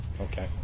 Okay